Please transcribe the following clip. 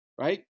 right